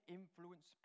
influence